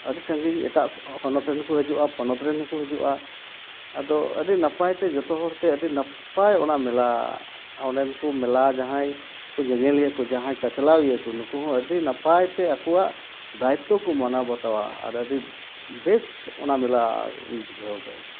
ᱟᱹᱰᱤ ᱥᱟᱺᱜᱤᱧ ᱮᱴᱟᱜ ᱥᱮᱫ ᱦᱚᱱᱚᱛ ᱨᱮᱱ ᱦᱚᱸᱠᱚ ᱦᱤᱡᱩᱜᱼᱟ ᱯᱚᱱᱚᱛ ᱨᱮᱱ ᱦᱚᱸᱠᱚ ᱦᱤᱡᱩᱜᱼᱟ ᱟᱫᱚ ᱟᱹᱰᱤ ᱱᱟᱯᱟᱭᱛᱮ ᱡᱚᱛᱚ ᱦᱚᱲᱛᱮ ᱟᱹᱰᱤ ᱱᱟᱯᱟᱭ ᱚᱱᱟ ᱢᱮᱞᱟ ᱟᱨ ᱚᱸᱰᱮᱱ ᱠᱚ ᱢᱮᱞᱟ ᱡᱟᱦᱟᱸᱭ ᱠᱚ ᱧᱮᱧᱮᱞᱤᱭᱟᱹ ᱠᱚ ᱡᱟᱦᱟᱸᱭ ᱪᱟᱪᱞᱟᱣᱤᱭᱟᱹ ᱠᱚ ᱱᱩᱠᱩ ᱦᱚᱸ ᱟᱹᱰᱤ ᱱᱟᱯᱟᱭᱛᱮ ᱟᱠᱚᱣᱟᱜ ᱫᱟᱭᱤᱛᱛᱚ ᱠᱚ ᱢᱟᱱᱟᱣ ᱵᱟᱛᱟᱣᱟ ᱟᱨ ᱟᱹᱰᱤ ᱵᱮᱹᱥᱴ ᱚᱱᱟ ᱵᱮᱞᱟᱨᱮ ᱵᱩᱡᱷᱟᱹᱣ ᱠᱟᱜ ᱟᱹᱧ